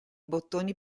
bottoni